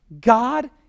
God